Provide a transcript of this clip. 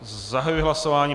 Zahajuji hlasování.